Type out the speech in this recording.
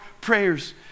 prayers